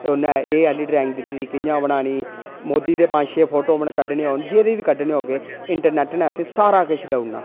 ओह्नै एह् आह्ली ड्राइग एह् कि'यां बनानी मोदी दे पंज छे फोटो कड्ढे होन जेह्दे बी कड्ढने होन इंटरनैट नै ऐसी सारा किश देऊड़े